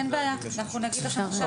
אין בעיה, אנחנו נגיד לכם עכשיו.